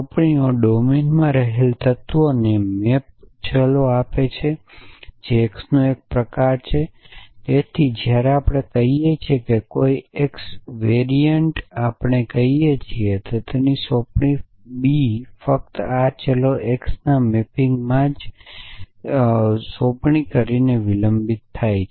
સોંપણીઓ ડોમેનમાં રહેલા તત્વોને મેપ ચલો આપે છે જે x નો એક પ્રકાર છે તેથી જ્યારે આપણે કહીએ છીએ કે કોઈ x વેરિએન્ટ આપણે કહીએ છીએ કે સોંપણી B ફક્ત આ ચલ x ના મેપિંગમાં જ સોંપણીમાંથી વિલંબિત થાય છે